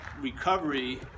recovery